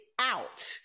out